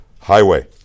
highway